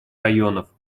районов